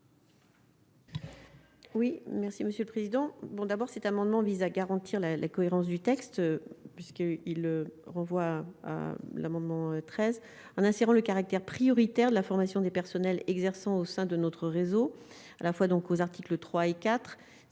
Oui, merci Monsieur le Président, bon, d'abord, cet amendement vise à garantir la cohérence du texte puisqu'il y a eu, il renvoie à l'amendement. En assurant le caractère prioritaire de la formation des personnels exerçant au sein de notre réseau à la fois donc aux articles III et IV